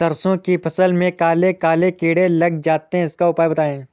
सरसो की फसल में काले काले कीड़े लग जाते इसका उपाय बताएं?